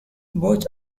both